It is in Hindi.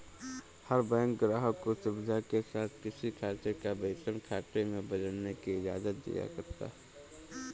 हर बैंक ग्राहक को सुविधा के साथ किसी खाते को वेतन खाते में बदलने की इजाजत दिया करता है